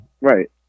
Right